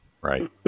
Right